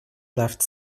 left